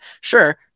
Sure